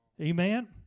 Amen